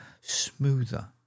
smoother